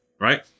Right